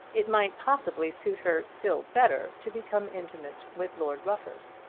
it might possibly suit her still better to become intimate with lord rufford.